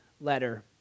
letter